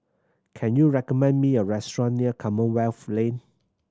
can you recommend me a restaurant near Commonwealth Lane